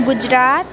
Gujarat